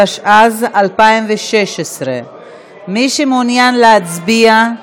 התשע"ז 2017. מי שמעוניין להצביע,